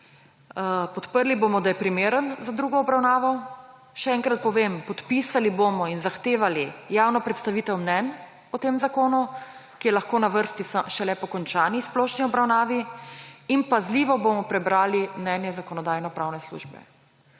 Podprli bomo, da je primeren za drugo obravnavo. Še enkrat povem, podpisali bomo in zahtevali javno predstavitev mnenj o tem zakonu, ki je lahko na vrsti šele po končani splošni obravnavi, in pazljivo bomo prebrali mnenje Zakonodajno-pravne službe.